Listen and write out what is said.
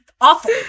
awful